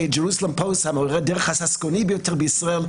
ג'רוזלם פוסט: מורה הדרך הססגוני ביותר בישראל.